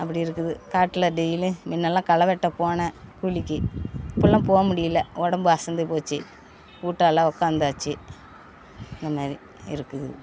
அப்படி இருக்குது காட்டில டெய்லி முன்னல்லாம் களை வெட்ட போனேன் கூலிக்கு இப்பெல்லாம் போக முடியல உடம்பு அசந்து போச்சு வீட்டால உட்காந்தாச்சி இந்தமாரி இருக்குது வீட்டில